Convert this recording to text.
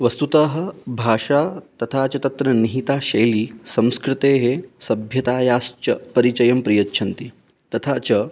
वस्तुतः भाषा तथा च तत्र निहिता शैली संस्कृतेः सभ्यातायाश्च परिचयं प्रयच्छन्ति तथा च